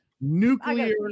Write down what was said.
nuclear